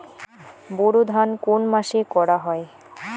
বোরো ধান কোন মাসে করা হয়?